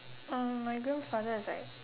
mm my grandfather is like